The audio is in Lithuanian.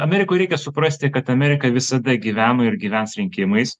amerikoj reikia suprasti kad amerika visada gyveno ir gyvens rinkimais